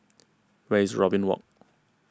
where is Robin Walk